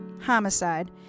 Homicide